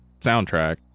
soundtrack